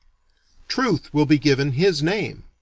truth will be given his name.